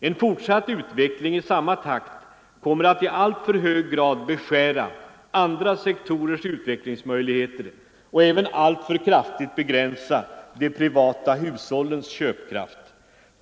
En fortsatt utveckling i samma takt kommer att i alltför hög grad beskära andra sektorers utvecklingsmöjligheter och även alltför kraftigt begränsa de privata hushållens köpkraft.